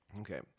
Okay